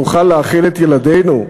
שנוכל להאכיל את ילדינו.